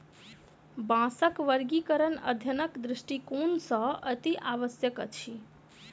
बाँसक वर्गीकरण अध्ययनक दृष्टिकोण सॅ अतिआवश्यक अछि